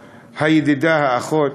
הידידה, האחות,